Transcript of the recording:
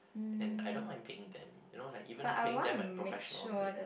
and I don't mind paying them you know like even paying them at professional rate